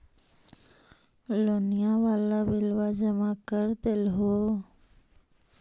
लोनिया वाला बिलवा जामा कर देलहो?